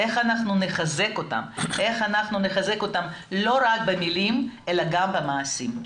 איך אנחנו נחזק אותם ולא רק במלים אלא גם במעשים.